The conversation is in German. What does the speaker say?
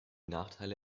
nachteile